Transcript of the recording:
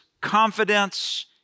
confidence